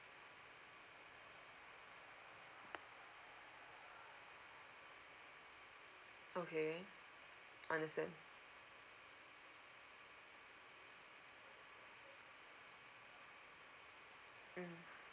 okay understand mm